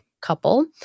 couple